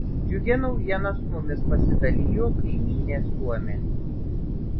džiugia naujiena su mumis pasidalijo kaimynė suomė